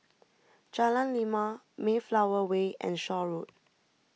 Jalan Lima Mayflower Way and Shaw Road